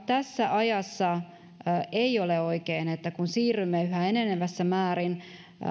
tässä ajassa ei ole oikein että kun siirrymme yhä enenevässä määrin